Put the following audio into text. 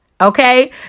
okay